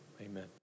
Amen